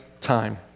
time